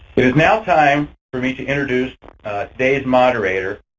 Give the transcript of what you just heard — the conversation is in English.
it is now time for me to introduce today's moderator,